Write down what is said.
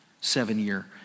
seven-year